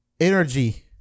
energy